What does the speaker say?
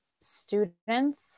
students